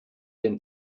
den